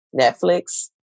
Netflix